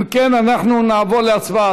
אם כן, אנחנו נעבור להצבעה.